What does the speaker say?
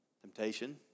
temptation